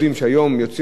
אנחנו יודעים את הקשיים,